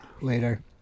later